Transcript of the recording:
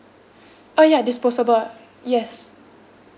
uh ya disposable yes